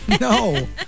No